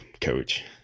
coach